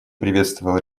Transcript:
приветствовал